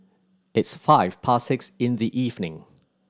its five past six in the evening